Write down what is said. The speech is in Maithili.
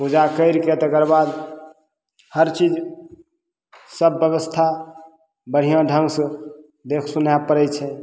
पूजा करिके तकर बाद हर चीज सब बेबस्था बढ़िआँ ढङ्गसे देखै सुनै पड़ै छै